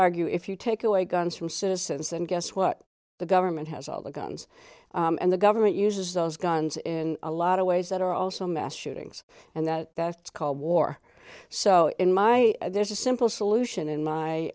argue if you take away guns from citizens and guess what the government has all the guns and the government uses those guns in a lot of ways that are also mass shootings and that's called war so in my there's a simple solution in my